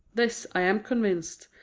this, i am convinced,